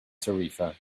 tarifa